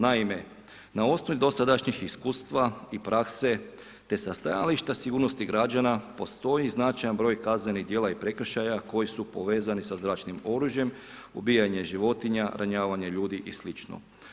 Naime, na osnovi dosadašnjih iskustava i prakse te sa stajališta sigurnosti građana postoji značajan broj kaznenih djela i prekršaja koji su povezani sa zračnim oružjem, ubijanje životinja, ranjavanje ljudi i sl.